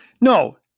No